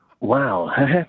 Wow